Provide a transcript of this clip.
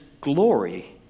glory